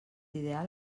ideal